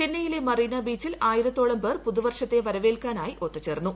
ചെന്നൈയിലെ മറീന ബീച്ചിൽ ആയിരത്തോളം പേർ പുതുവർഷത്തെ വരവേൽക്കാനായി ഒത്തുചേർന്നു